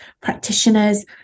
practitioners